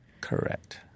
Correct